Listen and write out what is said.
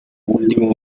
último